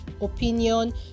opinion